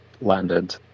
landed